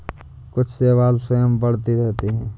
कुछ शैवाल स्वयं बढ़ते रहते हैं